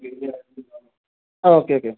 okay okay